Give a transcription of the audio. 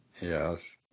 Yes